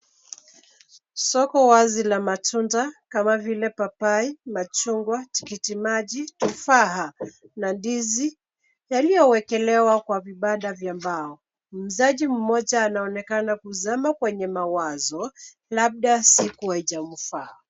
Soko wazi la matunda kama vile papai, machungwa, tikiti maji, tufaa, na ndizi, yaliyowekelewa kwa vibanda vya mbao. Muuzaji mmoja anaonekana kuzama kwenye mawazo labda siku haijamfaa.